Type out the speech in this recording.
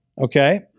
okay